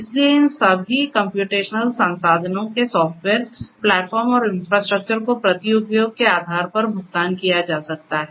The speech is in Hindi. इसलिए इन सभी कम्प्यूटेशनल संसाधनों के सॉफ्टवेयर प्लेटफॉर्म और इंफ्रास्ट्रक्चर को प्रति उपयोग के आधार पर भुगतान किया जा सकता है